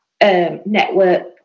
network